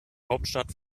hauptstadt